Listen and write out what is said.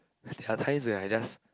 there are times when I just